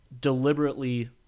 deliberately